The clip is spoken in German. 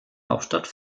hauptstadt